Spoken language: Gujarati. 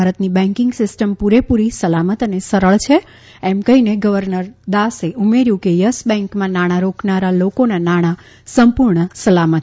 ભારતની બેન્કિંગ સિસ્ટમ પૂરેપૂરી સલામત અને સરળ છે એમ કહીને ગવર્નર દાસે ઉમેર્યું કે યસ બેન્કમાં નાણા રોકનારા લોકોનાં નાણા સંપૂર્ણ સલામત છે